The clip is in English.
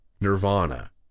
Nirvana